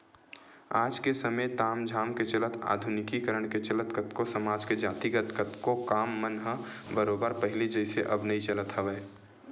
आज के समे ताम झाम के चलत आधुनिकीकरन के चलत कतको समाज के जातिगत कतको काम मन ह बरोबर पहिली जइसे अब नइ चलत हवय